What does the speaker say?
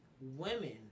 women